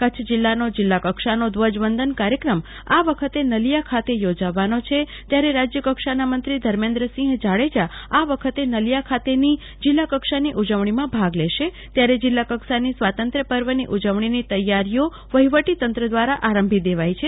કચ્છ જીલ્લાનો જીલ્લા કક્ષાનો ધ્વજવંદન કાર્યક્રમ આ વખતે નળિયા ખાતે યોજવાનો છે ત્યારે રાજ્ય કક્ષાના મંત્રી ધર્મેન્દ્રસિંહ જાડેજા આ વખતે નલીયા ખાતેની જીલ્લાકક્ષાની ઉજવણીમાં ભાગ લેશે ત્યારે જીલ્લા કક્ષાની સ્વાતંત્ર્ય પર્વની ઉજવણીની તૈયારીઓ વહીવટી તંત્ર દ્વારા આરંભી દેવી છે